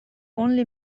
only